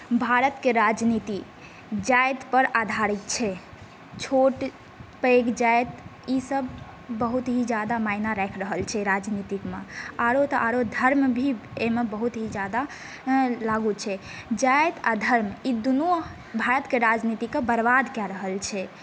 भारतके राजनिती जाति पर आधारित छै छोट पैघ जाति ई सभ बहुतही ज्यादा मायना राखि रहल छै राजनितीकमे आरो तऽ आरो धर्म भी एहिमे बहुत ही ज्यादा लागू छै जाति आ धर्म ई दुनू भारतकेँ राजनितिके बर्बाद कए रहल छै